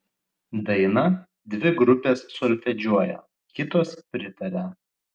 daina dvi grupės solfedžiuoja kitos pritaria